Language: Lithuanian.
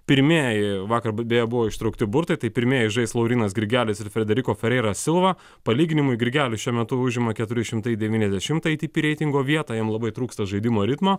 pirmieji vakar beje buvo ištraukti burtai tai pirmieji žais laurynas grigelis ir frederiko fereira silva palyginimui grigelis šiuo metu užima keturi šimtai devyniasdešimtą atp reitingo vietą jam labai trūksta žaidimo ritmo